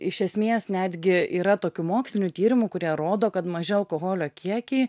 iš esmės netgi yra tokių mokslinių tyrimų kurie rodo kad maži alkoholio kiekiai